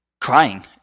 crying